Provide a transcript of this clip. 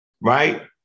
right